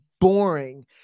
boring